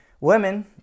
Women